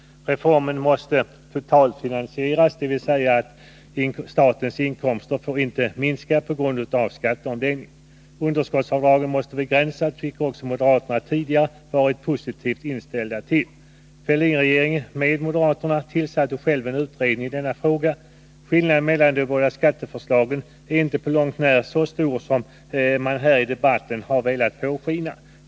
Reformen måste totalfinansieras, dvs. statens inkomster får inte minskas på grund av skatteomläggningen. Underskottsavdragen måste begränsas, vilket också moderaterna tidigare varit positivt inställda till. Fälldinregeringen, med moderaterna, tillsatte själv en utredning i denna fråga. Skillnaden mellan de båda skatteförslagen är inte på långt när så stor som man här i debatten har velat påskina.